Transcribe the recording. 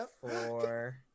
Four